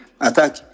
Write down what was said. Attack